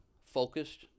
focused